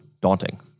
daunting